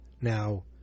Now